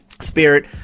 spirit